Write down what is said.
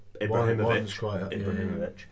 Ibrahimovic